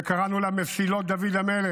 שקראנו לה "מסילות דוד המלך",